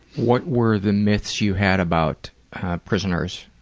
what were the myths you had about prisoners?